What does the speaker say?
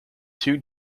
two